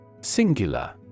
Singular